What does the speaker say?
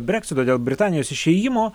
breksito dėl britanijos išėjimo